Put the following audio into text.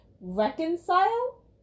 reconcile